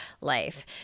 life